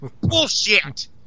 Bullshit